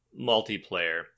multiplayer